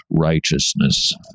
righteousness